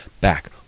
back